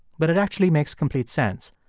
but it actually makes complete sense.